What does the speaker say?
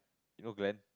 you know Glenn